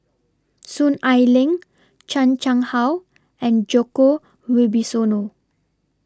Soon Ai Ling Chan Chang How and Djoko Wibisono